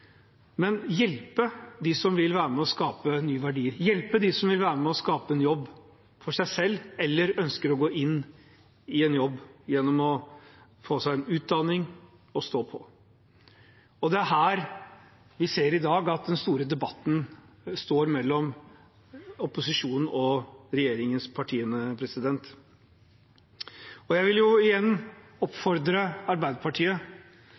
men ved å hjelpe dem som vil være med og skape nye verdier, hjelpe dem som vil være med og skape en jobb for seg selv, eller som ønsker å gå inn i en jobb gjennom å få seg en utdanning og stå på. Det er her vi i dag ser at den store debatten står mellom opposisjonen og regjeringspartiene. Jeg vil igjen oppfordre Arbeiderpartiet